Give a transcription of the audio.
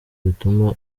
bituma